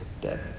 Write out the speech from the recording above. dead